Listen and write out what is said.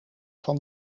van